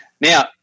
Now